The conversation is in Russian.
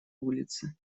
улице